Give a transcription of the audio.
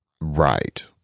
Right